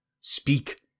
Speak